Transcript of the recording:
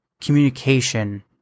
communication